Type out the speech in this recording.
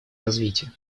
развития